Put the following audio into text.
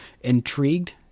intrigued